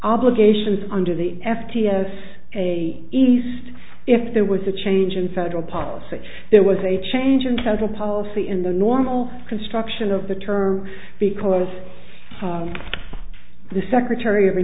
obligations under the f t s a east if there was a change in federal policy there was a change in social policy in the normal construction of the term because the secretary of